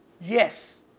Yes